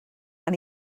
and